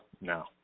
no